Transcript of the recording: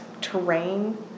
terrain